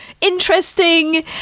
interesting